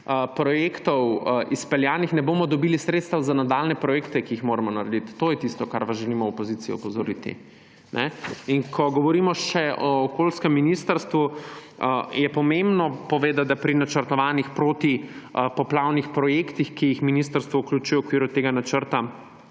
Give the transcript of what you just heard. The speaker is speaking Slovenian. projektov izpeljanih, ne bomo dobili sredstev za nadaljnje projekte, ki jih moramo narediti. To je tisto, kar vas želimo v opoziciji opozoriti. Ko govorimo še o okoljskem ministrstvu, je pomembno povedati, da pri načrtovanih protipoplavnih projektih, ki jih ministrstvo vključuje v okviru tega načrta,